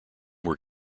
were